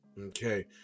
okay